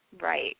Right